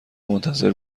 منتظر